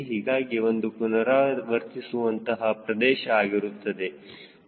ಹೀಗಾಗಿ ಇದು ಪುನರಾವರ್ತಿಸುವಂತಹ ಪ್ರದೇಶ ಆಗಿರುತ್ತದೆ ಮತ್ತು𝐶mO